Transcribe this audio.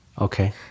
Okay